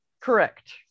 Correct